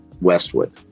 Westwood